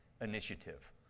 initiative